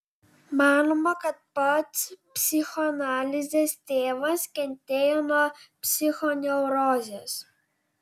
manoma kad pats psichoanalizės tėvas kentėjo nuo psichoneurozės